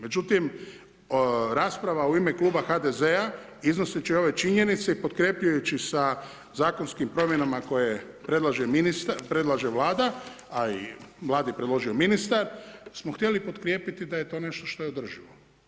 Međutim, rasprava u ime Kluba HDZ-a iznoseći ove činjenice i potkrepljujući sa zakonskim promjenama koje predlaže ministar, predlaže Vlada, a i Vladi je predložio ministar, smo htjeli potkrijepiti da je to nešto što je održivo.